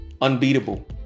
unbeatable